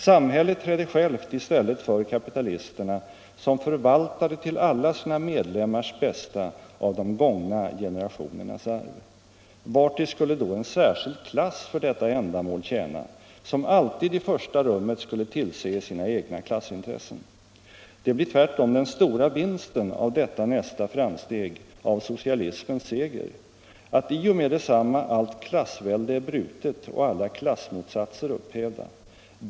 Samhället träder självt i stället för kapitalisterna som förvaltare till alla sina medlemmars bästa av de gångna generationernas arv. Vartill skulle då en särskild klass för detta ändamål tjäna, som alltid i första rummet skulle tillse sina egna klassintressen? Det blir tvärtom den stora vinsten av detta nästa framsteg, av socialismens seger, att i och med detsamma allt klassvälde är brutet och alla klassmotsatser upphävda.